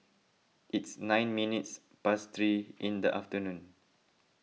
its nine minutes past three in the afternoon